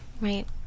right